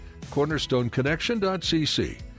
cornerstoneconnection.cc